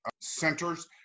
centers